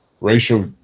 racial